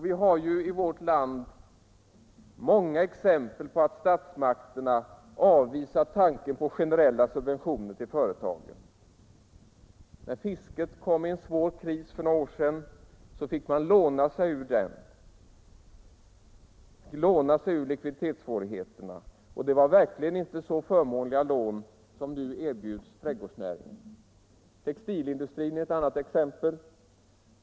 Vi har i vårt land många exempel på att statsmakterna avvisar tanken på generella subventioner till företagen. När fisket för några år sedan kom i en svår kris fick man låna sig ur likviditetssvårigheterna, och det var verkligen inte fråga om så förmånliga lån som de som nu erbjuds trädgårdsnäringen. Textilindustrin är ett annat exempel.